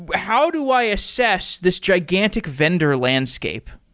but how do i assess this gigantic vendor landscape?